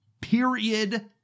Period